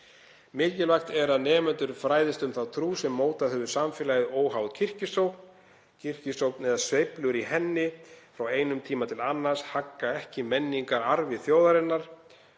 Mikilvægt er að nemendur fræðist um þá trú sem mótað hefur samfélagið óháð kirkjusókn. Kirkjusókn eða sveiflur í henni frá einum tíma til annars hagga ekki menningararfi þjóðarinnar.